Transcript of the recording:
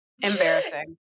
Embarrassing